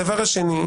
הדבר השני.